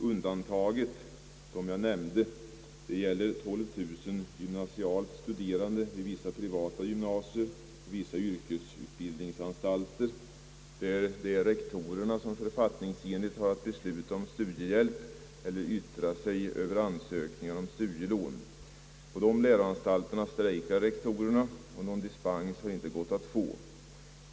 Undantaget som jag nämnde gäller 12000 gymnasialt studerande vid vissa privata gymnasier och vissa yrkesutbildningsanstalter där rektorerna författningsenligt har att besluta om studiehjälp eller yttra sig över ansökningar om studielån, På dessa läroanstalter strejkar rektorerna, och någon dispens har inte gått att få.